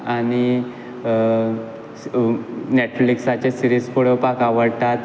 आनी नॅटफ्लिक्साचेर सिरीज पळोवपाक आवडटा